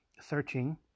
searching